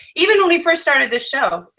even when we first started this show.